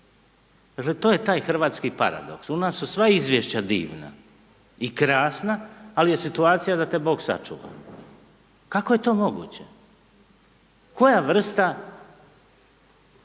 Dakle, to je taj hrvatski paradoks, u nas su sva izvješća divna i krasna ali je situacija da te Bog sačuva. Kako je to moguće? Koja vrsta